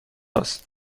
است